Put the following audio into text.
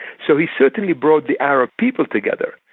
so he certainly brought the arab people together.